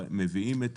מביאים את